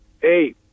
hey